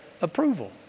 approval